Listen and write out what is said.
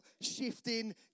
shifting